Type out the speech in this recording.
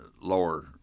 lower